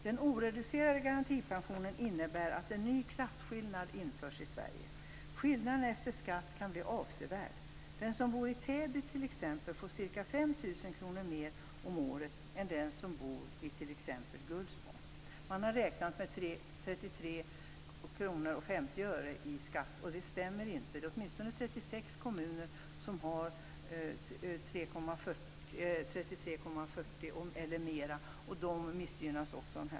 Den oreducerade garantipensionen innebär att en ny klasskillnad införs i Sverige. Skillnaden efter skatt kan bli avsevärd. Den som bor i t.ex. Täby får ca Gullspång. Man har räknat med 33,50 kr i skatt, men det stämmer inte. Åtminstone 36 kommuner har 34 eller mer, och de missgynnas.